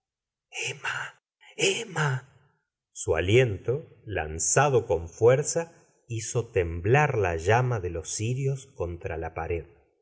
emma emma su aliento lanzado con fuerza hizo temblar la llama de los cirios contra la pared